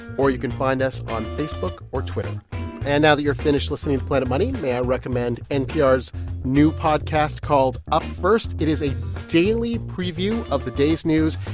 or you can find us on facebook or twitter and now that you're finished listening to planet money, may i recommend npr's new podcast called up ah first? it is a daily preview of the day's news.